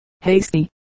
hasty